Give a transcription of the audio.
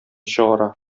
чыгара